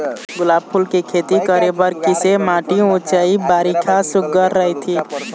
गुलाब फूल के खेती करे बर किसे माटी ऊंचाई बारिखा सुघ्घर राइथे?